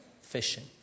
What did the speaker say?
fishing